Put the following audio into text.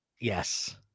Yes